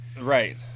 Right